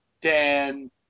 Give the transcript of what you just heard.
dan